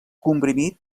comprimit